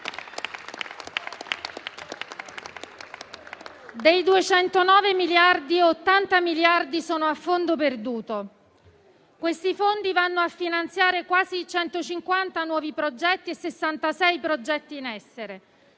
Dei 209 miliardi, 80 sono a fondo perduto. Questi fondi vanno a finanziare quasi 150 nuovi progetti e 66 progetti in essere